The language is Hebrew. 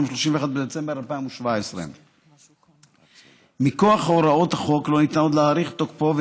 ליום 31 בדצמבר 2017. מכוח הוראות החוק לא ניתן עוד להאריך את תוקפו,